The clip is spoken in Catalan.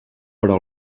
però